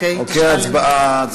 ההצבעה נעולה.